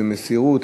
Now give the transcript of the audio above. איזו מסירות,